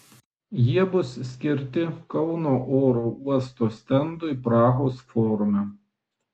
jie bus skirti kauno oro uosto stendui prahos forume